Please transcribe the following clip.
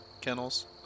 kennels